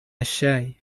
الشاي